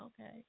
Okay